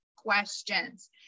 questions